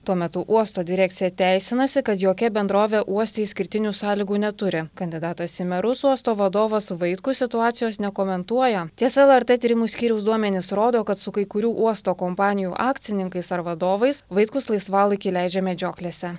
tuo metu uosto direkcija teisinasi kad jokia bendrovė uoste išskirtinių sąlygų neturi kandidatas į merus uosto vadovas vaitkus situacijos nekomentuoja tiesa lrt tyrimų skyriaus duomenys rodo kad su kai kurių uosto kompanijų akcininkais ar vadovais vaitkus laisvalaikį leidžia medžioklėse